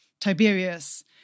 Tiberius